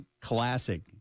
classic